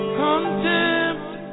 contempt